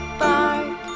bark